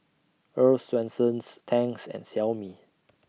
Earl's Swensens Tangs and Xiaomi